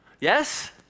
Yes